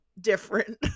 different